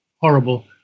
horrible